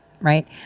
right